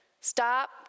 Stop